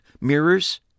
Mirrors